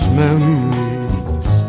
memories